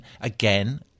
again